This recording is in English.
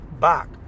back